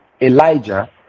Elijah